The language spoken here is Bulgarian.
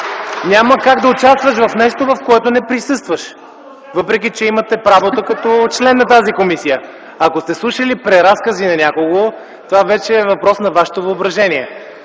Няма как да участваш в нещо, в което не присъстваш, въпреки че имате правото като член на тази комисия. Ако сте слушали преразкази на някого, това вече е въпрос на Вашето въображение.